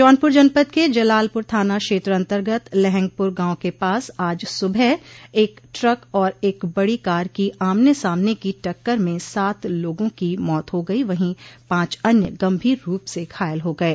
जौनपुर जनपद के जलालपुर थाना क्षेत्र अन्तर्गत लहंगपुर गांव के पास आज सुबह एक ट्रक और एक बड़ी कार की आमने सामने की टक्कर में सात लोगों की मौत हो गई वहीं पांच अन्य गंभीर रूप से घायल हो गये